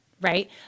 right